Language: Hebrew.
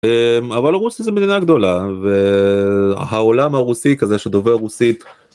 אהמ.. אבל רוסיה זה מדינה גדולה ו.. העולם הרוסי כזה שדובר רוסית.